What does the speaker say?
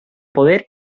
poder